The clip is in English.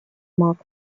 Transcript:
mac